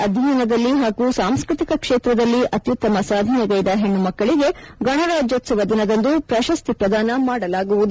ಅಧ್ಯಯನದಲ್ಲಿ ಹಾಗೂ ಸಾಂಸ್ಕೃತಿಕ ಕ್ಷೇತ್ರದಲ್ಲಿ ಅತ್ಯುತ್ತಮ ಸಾಧನೆಗೈದ ಹೆಣ್ಚುಮಕ್ಕಳಿಗೆ ಗಣರಾಜ್ಯೋತ್ಸವ ದಿನದಂದು ಪ್ರಶಸ್ತಿ ಪ್ರಧಾನ ಮಾಡಲಾಗುವುದು